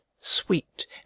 sweet